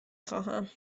خواهم